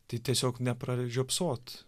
tai tiesiog nepražiopsot